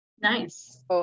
nice